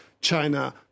China